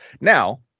Now